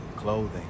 clothing